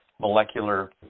molecular